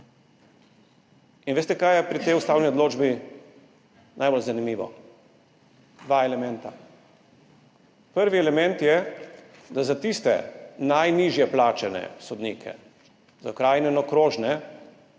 Veste, kaj je pri tej ustavni odločbi najbolj zanimivo? Dva elementa. Prvi element je, da bo za tiste najnižje plačane sodnike, za okrajne in okrožne,